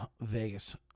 Vegas